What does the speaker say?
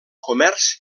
comerç